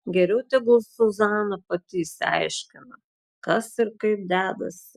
geriau tegul zuzana pati išsiaiškina kas ir kaip dedasi